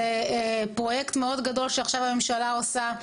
זה פרויקט מאוד גדול שעכשיו הממשלה עושה.